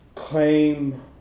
claim